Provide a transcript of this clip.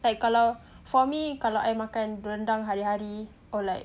like kalau for me kalau I makan rendang hari hari or like